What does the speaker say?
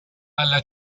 alla